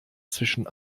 zwischen